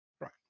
Right